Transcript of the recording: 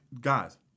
guys